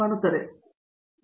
professor S